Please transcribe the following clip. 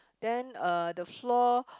then uh the floor